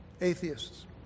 atheists